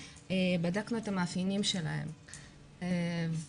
בדקנו את המאפיינים שלהם וראינו,